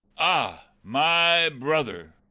ah! my brother!